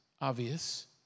obvious